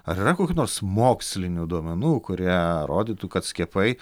ar yra kokių nors mokslinių duomenų kurie rodytų kad skiepai